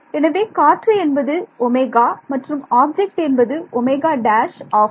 எனவே காற்று என்பது Ω மற்றும் ஆப்ஜெக்ட் என்பது Ω′ ஆகும்